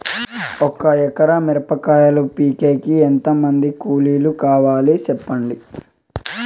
ఒక ఎకరా మిరప కాయలు పీకేకి ఎంత మంది కూలీలు కావాలి? సెప్పండి?